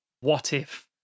what-if